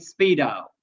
speedo